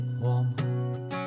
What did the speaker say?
warm